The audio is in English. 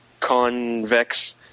convex